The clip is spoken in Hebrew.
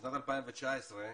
בשנת 2019,